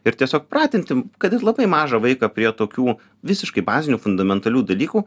ir tiesiog pratinti kad ir labai mažą vaiką prie tokių visiškai bazinių fundamentalių dalykų